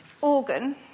organ